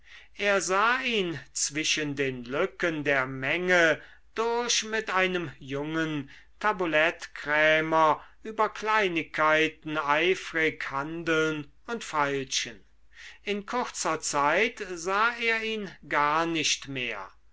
er sah ihn zwischen den lücken der menge durch mit einem jungen tabulettkrämer über kleinigkeiten eifrig handeln und feilschen in kurzer zeit sah er ihn gar nicht mehr